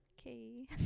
Okay